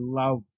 love